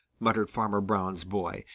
muttered farmer brown's boy,